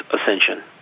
ascension